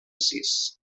sis